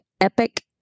Epic